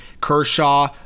Kershaw